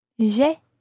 J'ai